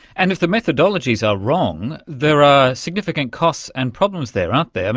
and if the methodologies are wrong, there are significant costs and problems there, aren't there. i mean,